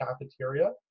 cafeteria